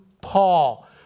Paul